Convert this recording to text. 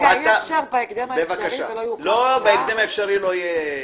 רגע, אי אפשר, בהקדם האפשרי ולא יאוחר משעה?